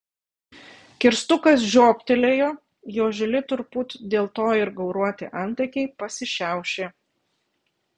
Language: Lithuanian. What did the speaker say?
kirstukas žiobtelėjo jo žili turbūt dėl to ir gauruoti antakiai pasišiaušė